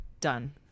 done